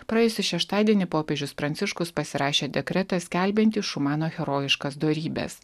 praėjusį šeštadienį popiežius pranciškus pasirašė dekretą skelbiantį šumano herojiškas dorybes